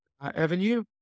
avenue